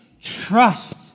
trust